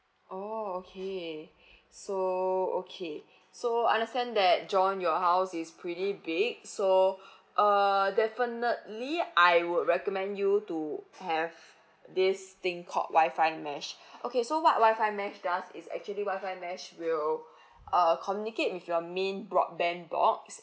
oh okay so okay so understand that john your house is pretty big so uh definitely I would recommend you to have this thing called wi-fi mesh okay so what wi-fi mesh does is actually wi-fi mesh will uh communicate with your main broadband box